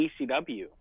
ECW